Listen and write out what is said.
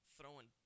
throwing